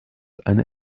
eine